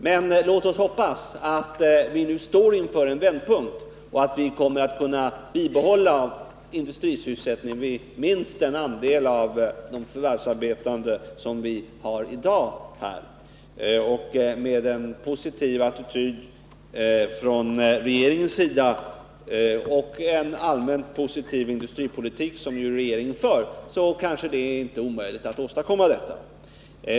Men låt oss hoppas att vi nu står inför en vändpunkt och att vi kommer att kunna bibehålla industrisysselsättningen med minst den andel förvärvsarbetande som vi har här i dag. Och med en positiv attityd från regeringens sida och en allmänt positiv industripolitik, som ju regeringen för, är det kanske inte omöjligt att åstadkomma detta.